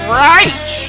right